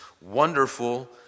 Wonderful